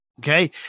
Okay